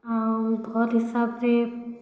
ଆଉ ଭଲ୍ ହିସାବରେ